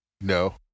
No